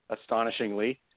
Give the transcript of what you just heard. astonishingly